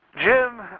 Jim